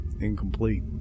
incomplete